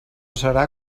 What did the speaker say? serà